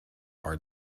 are